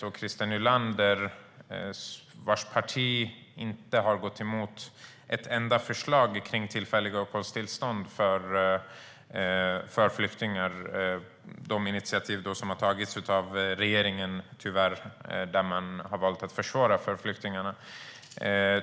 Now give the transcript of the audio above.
Christer Nylanders parti har inte gått emot ett enda förslag om tillfälliga uppehållstillstånd för flyktingar - de initiativ som regeringen tyvärr har tagit och genom vilka man har valt att försvåra för flyktingarna.